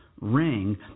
ring